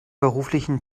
beruflichen